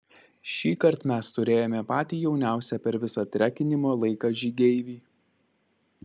šįkart mes turėjome patį jauniausią per visą trekinimo laiką žygeivį